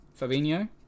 Fabinho